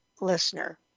listener